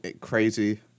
crazy